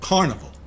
Carnival